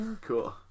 cool